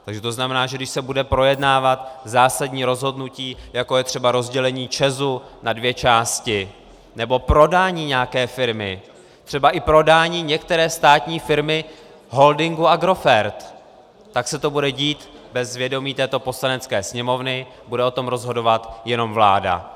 Takže to znamená, že když se bude projednávat zásadní rozhodnutí, jako je třeba rozdělení ČEZu na dvě části nebo prodání nějaké firmy, třeba i prodání některé státní firmy holdingu Agrofert, tak se to bude dít bez vědomí této Poslanecké sněmovny, bude o tom rozhodovat jenom vláda.